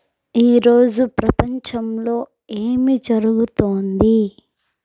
ఈ రోజు ప్రపంచంలో ఏమి జరుగుతోంది